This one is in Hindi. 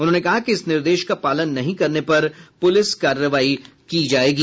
उन्होंने कहा कि इस निर्देश का पालन नहीं करने पर पुलिस कार्रवाई की जायेगी